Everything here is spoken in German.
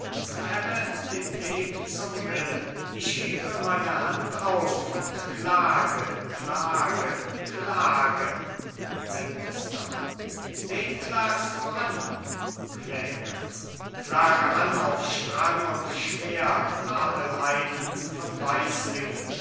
den weg zum willen ich hebe meine hand auf und klage klage klage ältester wen klagst du an kläger klage an auf strang und schwert adelheiden von